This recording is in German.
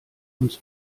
uns